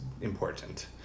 important